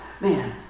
man